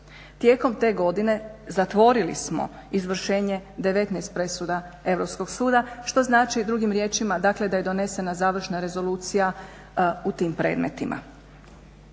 Tijekom te godine zatvorili smo izvršenje 19 presuda Europskog suda što znači drugim riječima, dakle da je donesena završna rezolucija u tim predmetima.